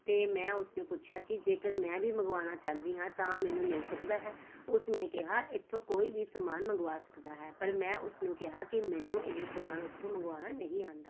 ਅਤੇ ਮੈਂ ਉਸ ਨੂੰ ਪੁੱਛਿਆ ਕਿ ਜੇਕਰ ਮੈਂ ਵੀ ਮੰਗਵਾਉਣਾ ਚਾਹੁੰਦੀ ਹਾਂ ਤਾਂ ਮੈਨੂੰ ਮਿਲ ਸਕਦਾ ਹੈ ਉਸ ਨੇ ਕਿਹਾ ਇੱਥੋਂ ਕੋਈ ਵੀ ਸਮਾਨ ਮੰਗਵਾ ਸਕਦਾ ਹੈ ਪਰ ਮੈਂ ਉਸ ਨੂੰ ਕਿਹਾ ਕਿ ਮੈਨੂੰ ਇਹ ਸਮਾਨ ਉੱਥੋਂ ਮੰਗਵਾਉਣਾ ਨਹੀਂ ਆਉਂਦਾ